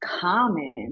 common